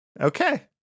Okay